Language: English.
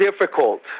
difficult